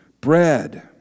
bread